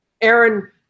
Aaron